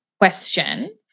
question